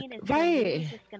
right